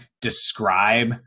describe